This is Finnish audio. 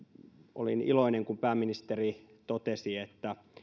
olin iloinen kun pääministeri totesi että